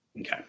Okay